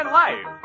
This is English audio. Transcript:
life